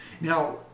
Now